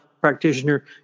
practitioner